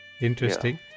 interesting